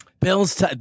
Bill's